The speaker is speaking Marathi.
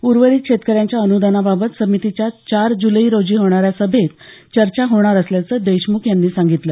ऊर्वरित शेतकऱ्यांच्या अनुदानाबाबत समितीच्या चार जुलै रोजी होणाऱ्या सभेत चर्चा होणार असल्याचं देशमुख यांनी सांगितलं